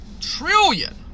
trillion